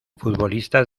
futbolistas